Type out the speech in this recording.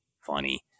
funny